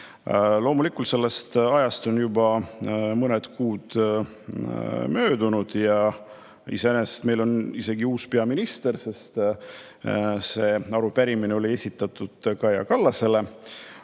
Loomulikult, sellest ajast on juba mõned kuud möödunud ja iseenesest meil on isegi uus peaminister. See arupärimine oli esitatud Kaja Kallasele,